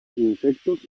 insectos